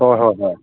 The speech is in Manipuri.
ꯍꯣꯏ ꯍꯣꯏ ꯍꯣꯏ